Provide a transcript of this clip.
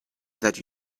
that